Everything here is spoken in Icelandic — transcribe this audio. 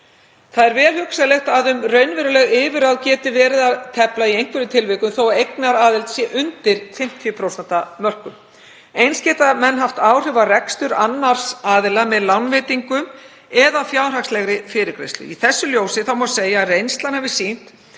Það er vel hugsanlegt að um raunveruleg yfirráð geti verið að tefla í einhverjum tilvikum þó að eignaraðild sé undir 50% mörkunum. Eins geta menn haft áhrif á rekstur annars aðila með lánveitingum eða fjárhagslegri fyrirgreiðslu. Í þessu ljósi má segja að reynslan hafi sýnt